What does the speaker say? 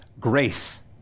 grace